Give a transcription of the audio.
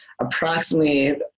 approximately